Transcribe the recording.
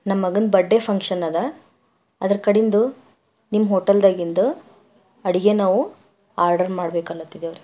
ನಮ್ಮ ಮಗನದು birthday function ಅದ ಅದರ ಕಡೇದು ನಿಮ್ಮ ಹೋಟೆಲ್ದಾಗಿಂದ ಅಡುಗೆ ನಾವು ಆರ್ಡರ್ ಮಾಡ್ಬೇಕನ್ಲತ್ತಿದೇವ್ ರಿ